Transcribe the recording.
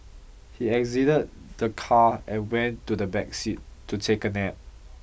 he exited the car and went to the back seat to take a nap